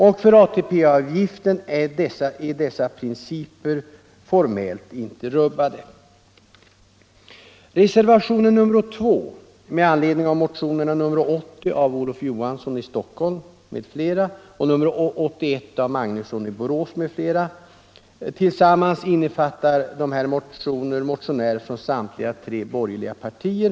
Och för ATP-avgiften är dessa principer formellt inte rubbade. Reservationen 2 har avgivits med anledning av motionerna nr 80 av herr Olof Johansson i Stockholm m.fl. och nr 81 av herr Magnusson i Borås m.fl. — motionerna innefattar tillsammans motionärer från samtliga tre borgerliga partier.